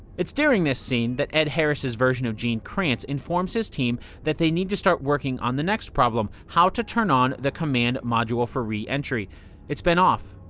it's during this scene that ed harris's version of gene kranz informs his team that they need to start working on the next problem, how to turn on the command module for re-entry. it's been off,